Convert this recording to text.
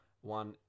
one